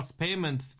payment